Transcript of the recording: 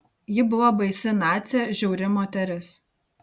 ji buvo baisi nacė žiauri moteris